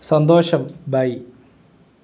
സന്തോഷം ബൈ